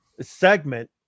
segment